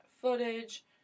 footage